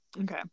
Okay